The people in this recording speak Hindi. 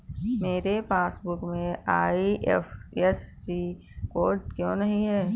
मेरे पासबुक में आई.एफ.एस.सी कोड क्यो नहीं है?